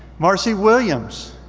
marcy williams,